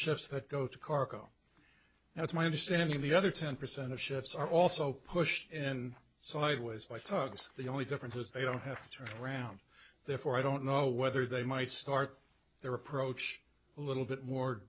ships that go to cargo and it's my understanding the other ten percent of ships are also pushed in sideways by tugs the only difference is they don't have to turn around therefore i don't know whether they might start their approach a little bit more